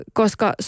koska